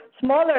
smaller